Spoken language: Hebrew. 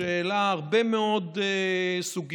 שהעלה הרבה מאוד סוגיות,